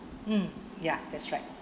mm ya that's right